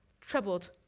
troubled